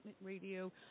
Radio